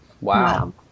Wow